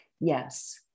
Yes